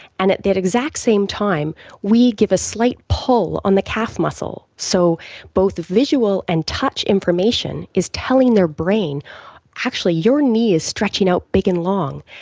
and at that exact same time we give a slight pull on the calf muscle. so both the visual and touch information is telling their brain actually, your knee is stretching out big and long.